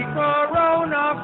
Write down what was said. corona